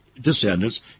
descendants